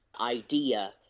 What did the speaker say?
idea